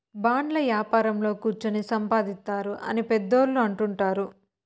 బాండ్ల యాపారంలో కుచ్చోని సంపాదిత్తారు అని పెద్దోళ్ళు అంటుంటారు